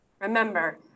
Remember